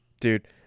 dude